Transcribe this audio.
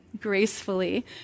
gracefully